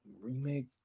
Remake